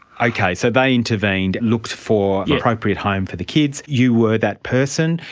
okay, so they intervened, looked for an appropriate home for the kids, you were that person.